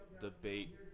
Debate